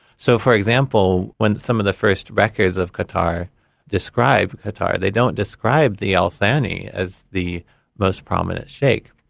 so, for example, when some of the first records of qatar describe qatar they don't describe the al thani as the most prominent sheikh.